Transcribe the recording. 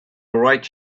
right